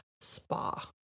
spa